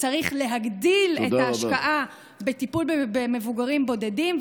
וצריך להגדיל את ההשקעה בטיפול במבוגרים בודדים,